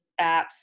apps